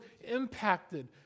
impacted